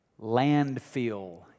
landfill